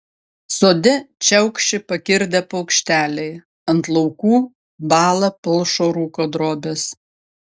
sode čiaukši pakirdę paukšteliai ant laukų bąla palšo rūko drobės